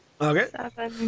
Okay